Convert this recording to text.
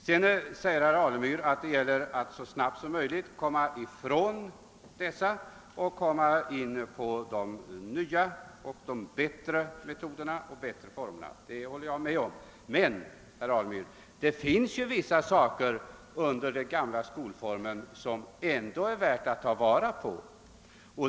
Sedan sade herr Alemyr att det gäller att så snabbt som möjligt komma ifrån de gamla skolformerna och komma in på de nya och bättre metoderna. Det håller jag med om. Men, herr Alemyr, det finns ändå vissa saker i den gamla skolformen som är värda att ta vara på.